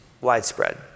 widespread